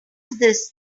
this